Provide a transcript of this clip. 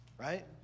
right